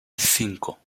cinco